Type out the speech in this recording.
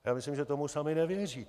Já myslím, že tomu sami nevěříte.